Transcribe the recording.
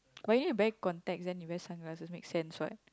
but you need wear contacts then you wear sunglasses make sense what